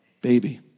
baby